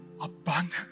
abundant